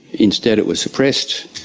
instead it was suppressed